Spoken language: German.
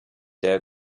der